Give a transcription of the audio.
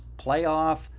playoff